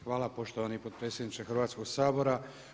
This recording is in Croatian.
Hvala poštovani potpredsjedniče Hrvatskog sabora.